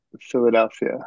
Philadelphia